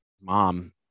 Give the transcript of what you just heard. mom